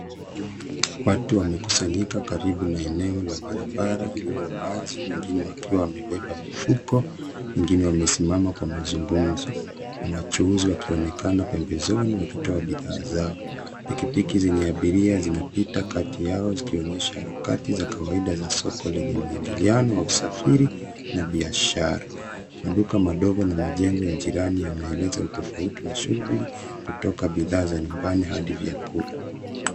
Watu wamekusanyika karibu na eneo la barabara lililo wazi. Wengine wakiwa wamebeba mifuko. Wengine wamesimama kwa mazungumzo na wachuuzi wakionekana pembezoni wakitoa bidhaa zao. Pikipiki zenye abiria zinapita kati yao zikionyesha harakati za kawaida za soko lenye muingiliano wa usafiri na biashara. Maduka madogo na majengo ya jirani yanaeleza utofauti wa shughuli kutoka bidhaa za nyumbani hadi vyakula.